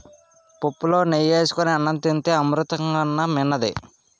పుప్పులో నెయ్యి ఏసుకొని అన్నం తింతే అమృతం కన్నా మిన్నది